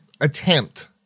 attempt